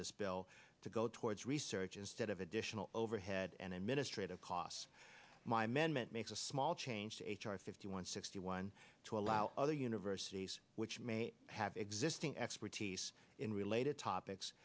this bill to go towards research instead of additional overhead and administrative costs my management makes a small change to h r fifty one sixty one to allow other universities which may have existing expertise in related topics